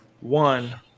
one